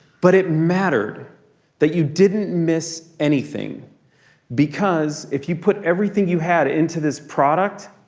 but it mattered that you didn't miss anything because if you put everything you had into this product,